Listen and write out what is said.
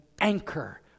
anchor